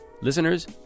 listeners